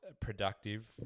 productive